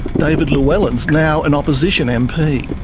david llewellyn's now an opposition mp.